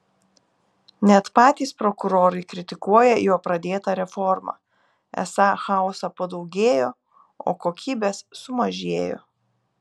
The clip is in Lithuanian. net patys prokurorai kritikuoja jo pradėtą reformą esą chaoso padaugėjo o kokybės sumažėjo